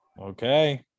Okay